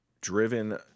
driven